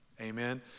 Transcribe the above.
Amen